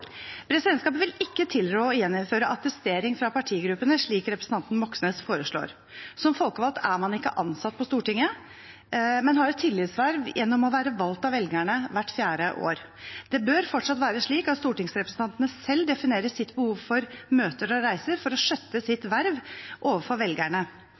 Presidentskapet vil ikke tilrå å gjeninnføre attestering fra partigruppene, slik representanten Moxnes foreslår. Som folkevalgt er man ikke ansatt på Stortinget, men har et tillitsverv gjennom å være valgt av velgerne hvert fjerde år. Det bør fortsatt være slik at stortingsrepresentantene selv definerer sitt behov for møter og reiser for å skjøtte sitt verv overfor velgerne.